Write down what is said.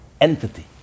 entity